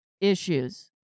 Issues